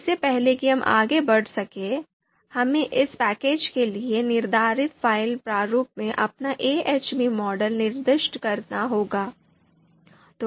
इससे पहले कि हम आगे बढ़ सकें हमें इस पैकेज के लिए निर्धारित फ़ाइल प्रारूप में अपना AHP मॉडल निर्दिष्ट करना होगा